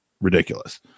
ridiculous